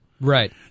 Right